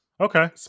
okay